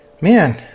Man